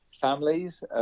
families